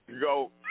go